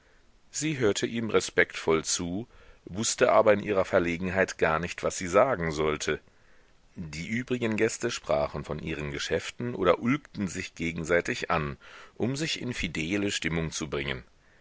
sie hörte ihm respektvoll zu wußte aber in ihrer verlegenheit gar nicht was sie sagen sollte die übrigen gäste sprachen von ihren geschäften oder ulkten sich gegenseitig an um sich in fidele stimmung zu bringen